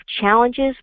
challenges